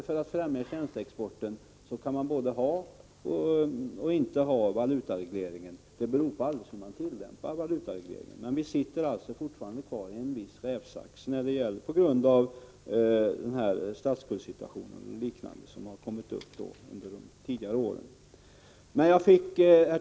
För att främja tjänsteexporten kan man både ha och inte ha en valutareglering — det beror alldeles på hur man tillämpar valutaregleringen. Vi sitter emellertid fortfarande till viss del i en rävsax på grund av statsskuldssituationen och liknande problem som uppkom under de tidigare åren. Herr talman!